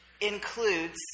includes